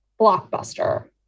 Blockbuster